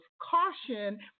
caution